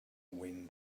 win